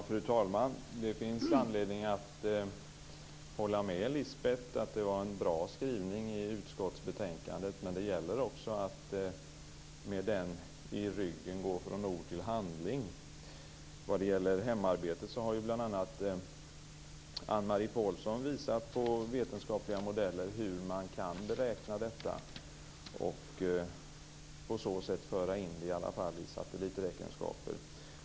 Fru talman! Det finns anledning att hålla med Lisbet Calner om att det var en bra skrivning i utskottsbetänkandet, men det gäller också att med den i ryggen gå från ord till handling. Ann-Marie Pålsson har ju bl.a. visat på vetenskapliga modeller för hur man kan beräkna hemarbetet och på så sätt föra in det i satelliträkenskaper.